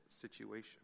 situation